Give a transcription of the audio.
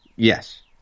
Yes